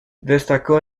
destacó